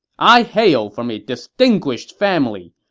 i hail from a distinguished family.